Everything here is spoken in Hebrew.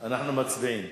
אנחנו מצביעים.